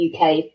UK